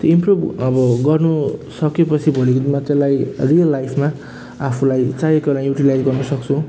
त्यो इम्प्रुभ अब गर्नु सकेपछि भोलिको दिनमा त्यसलाई रियल लाइफमा आफूलाई चाहिएकोलाई युटिलाइज गर्नु सक्छौ